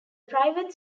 private